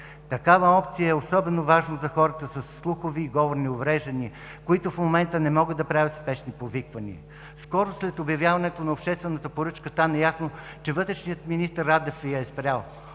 Такава опция е особено важна за хората със слухови и говорни увреждания, които в момента не могат да правят спешни повиквания. Скоро след обявяването на обществената поръчка стана ясно, че вътрешният министър Радев я е спрял.